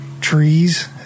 trees